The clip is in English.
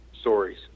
stories